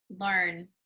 learn